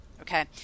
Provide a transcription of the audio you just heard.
Okay